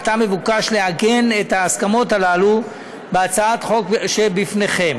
עתה מבוקש לעגן את ההסכמות הללו בהצעת החוק שבפניכם.